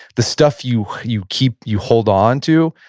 the stuff you you keep, you hold on to,